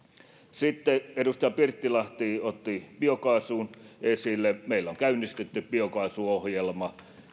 sitten edustaja pirttilahti otti biokaasun esille meillä on käynnistetty biokaasuohjelma